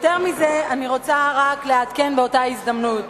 יותר מזה, אני רוצה רק לעדכן באותה הזדמנות,